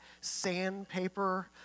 sandpaper